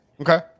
Okay